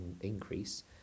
increase